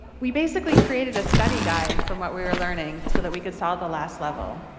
we basically created a study guide from what we were learning so that we could solve the last level.